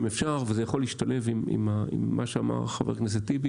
אם אפשר וזה יכול להשתלב עם מה שאמר חבר הכנסת טיבי